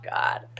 God